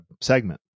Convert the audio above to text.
segment